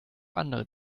andere